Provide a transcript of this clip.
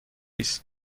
است